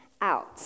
out